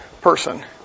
person